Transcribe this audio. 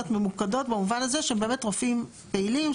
ממוקדות במובן הזה הם באמת רופאים פעילים,